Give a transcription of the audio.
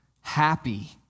happy